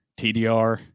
TDR